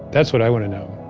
that's what i want to know